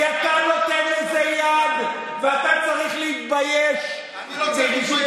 כי אתה נותן לזה יד ואתה צריך להתבייש בביזוי